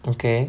okay